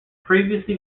previously